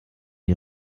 die